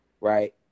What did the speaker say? Right